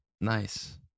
Nice